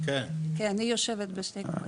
כן, כן, היא יושבת בשתי כובעים.